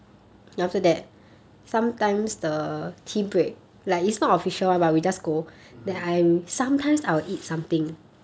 mmhmm